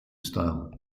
style